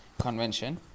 convention